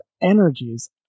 energies